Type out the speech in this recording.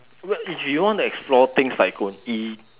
what if you want to explore things like